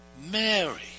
Mary